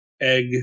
Egg